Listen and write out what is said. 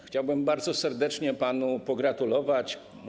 Chciałbym bardzo serdecznie panu pogratulować.